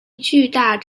巨大